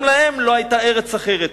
גם להם לא היתה ארץ אחרת.